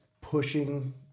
pushing